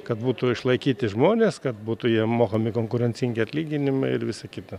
kad būtų išlaikyti žmonės kad būtų jiem mokami konkurencingi atlyginimai ir visa kita